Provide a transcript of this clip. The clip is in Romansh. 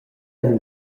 ein